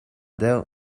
deuh